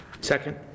Second